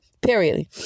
Period